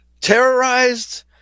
terrorized